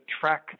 track